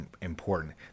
important